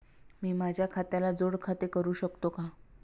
मी माझ्या खात्याला जोड खाते करू शकतो का?